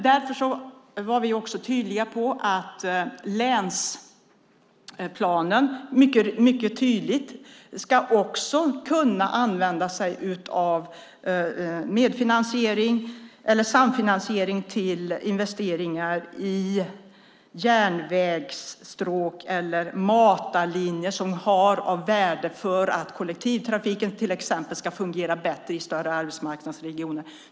Därför var vi tydliga med att länsplanen också tydligt ska kunna använda sig av samfinansiering av investeringar i järnvägsstråk eller matarlinjer som är av värde för att kollektivtrafiken ska fungera bättre i större arbetsmarknadsregioner, till exempel.